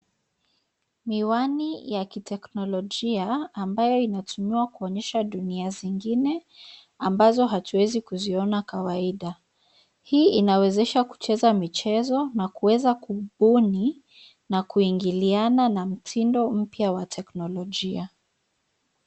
Miwani ya kiteknologia ambayo inatumiwa kuonyesha dunia zingine, ambazo hatuwezi kuziona kawaida. Hii inawezesha kucheza michezo na kuweza kubuni na kuingiliana na mtindo mpya wa teknologia.